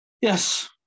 Yes